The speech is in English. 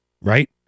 Right